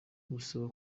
busaba